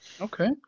okay